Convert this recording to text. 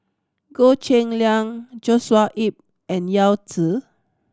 Goh Cheng Liang Joshua Ip and Yao Zi